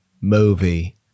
movie